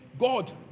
God